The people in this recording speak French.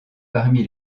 parmi